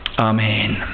Amen